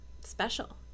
special